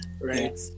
right